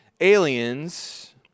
aliens